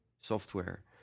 software